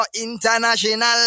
international